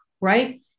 right